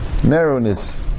Narrowness